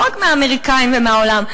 לא רק מהאמריקנים ומהעולם,